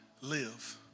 live